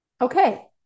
Okay